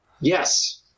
Yes